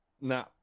Nah